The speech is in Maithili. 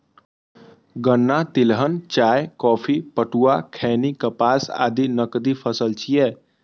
गन्ना, तिलहन, चाय, कॉफी, पटुआ, खैनी, कपास आदि नकदी फसल छियै